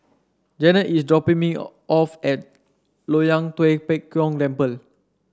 Jennette is dropping me off at Loyang Tua Pek Kong Temple